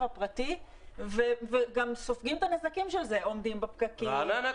הפרטי וסופגים את הנזקים של זה ועומדים בפקקים -- רעננה,